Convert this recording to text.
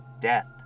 death